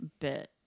bit